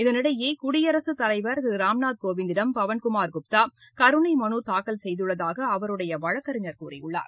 இதனிடையே குடியரசுத் தலைவா் திரு ராம்நாத் கோவிந்திடம் பவன்குமாா் குப்தா கருணை மனு தாக்கல் செய்துள்ளதாக அவருடைய வழக்கறிஞர் கூறியுள்ளார்